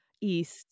east